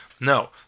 No